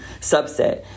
subset